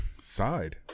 Side